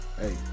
hey